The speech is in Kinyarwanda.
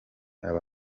aba